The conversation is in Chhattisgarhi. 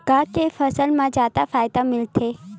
का के फसल मा जादा फ़ायदा मिलथे?